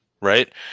right